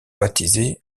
baptisé